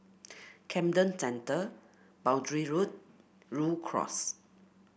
Camden Centre Boundary Road Rhu Cross